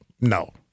no